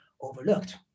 overlooked